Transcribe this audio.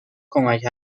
کمک